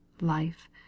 life